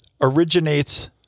Originates